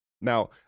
Now